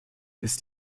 ist